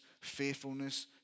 faithfulness